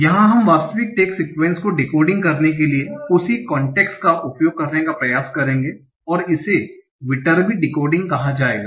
यहां हम वास्तविक टैग सीक्वन्स को डिकोडींग करने के लिए उसी कान्सैप्ट का उपयोग करने का प्रयास करेंगे और इसे विटर्बी डिकोडिंग कहा जाएगा